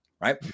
right